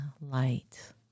light